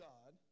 God